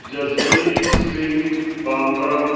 Jasbir Singh Bambra